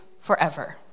forever